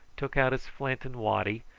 took out his flint and waddy,